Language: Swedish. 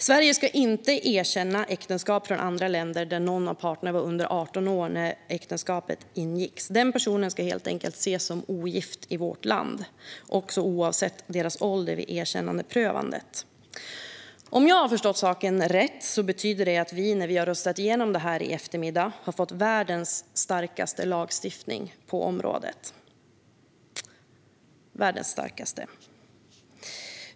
Sverige ska inte erkänna äktenskap från andra länder om en person var under 18 år när äktenskapet ingicks. Den personen ska helt enkelt ses som ogift i vårt land, också oavsett dess ålder vid erkännandeprövningen. Om jag har förstått saken rätt betyder det att vi när vi har röstat igenom detta i eftermiddag har fått världens starkaste lagstiftning på området.